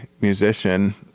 musician